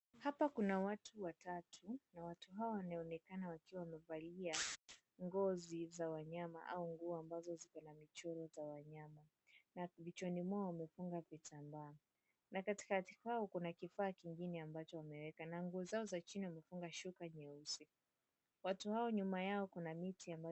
Hapa kuna watu watatu, na watu hawa wanaonekana wakiwa wamevalia ngozi za wanyama au nguo ambazo ziko na michoro za wanyama, na vichwani mwao wamefunga vitambaa. Na katika watu hao kuna kifaa kingine ambacho wameweka na nguo zao za chini wamefunga shuka nyeusi. Watu hao nyuma yao kuna miti ambayo.